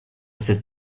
cette